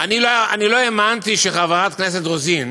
אני לא האמנתי שחברת הכנסת רוזין